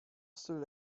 still